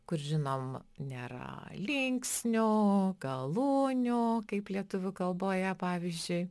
kur žinom nėra linksnių galūnių kaip lietuvių kalboje pavyzdžiui